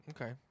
Okay